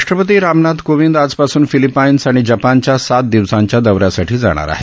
राष्ट्रपती रामनाथ कोविंद आजपासून फिलिपाईन्स आणि जपानच्या सात दिवसांच्या दौऱ्यासाठी जाणार आहेत